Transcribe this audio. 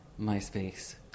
MySpace